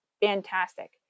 fantastic